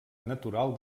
natural